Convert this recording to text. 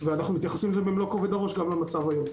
ואנחנו מתייחסים לזה במלוא כובד הראש גם למצב היום.